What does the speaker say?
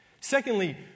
Secondly